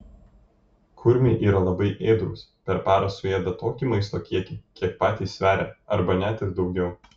kurmiai yra labai ėdrūs per parą suėda tokį maisto kiekį kiek patys sveria arba net ir daugiau